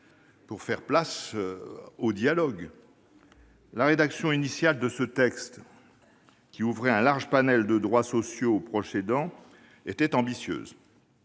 pour faire place au dialogue. La rédaction initiale de ce texte, qui ouvrait un large panel de droits sociaux aux proches aidants, était ambitieuse.